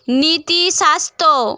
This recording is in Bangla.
নীতিশাস্ত্র